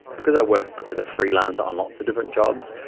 because i work as a freelancer on lots of different jobs,